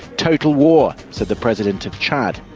total war, said the president of chad.